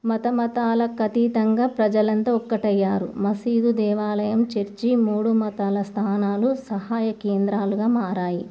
మతమతాలకు అతీతంగా ప్రజలంతా ఒక్కటయ్యారు మసీదు దేవాలయం చర్చి మూడు మతాల స్థానాలు సహాయ కేంద్రాలుగా మారాయి